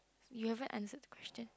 you haven't answered the question